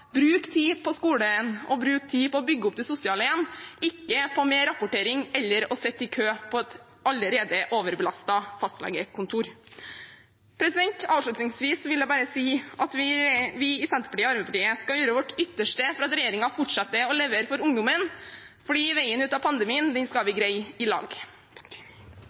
bruke tid på skolen og bruke tid på å bygge opp det sosiale igjen – ikke på mer rapportering eller på å sitte i kø på et allerede overbelastet fastlegekontor. Avslutningsvis vil jeg bare si at vi i Senterpartiet og Arbeiderpartiet skal gjøre vårt ytterste for at regjeringen fortsetter å levere for ungdommen, for veien ut av pandemien skal vi greie i lag.